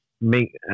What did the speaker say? make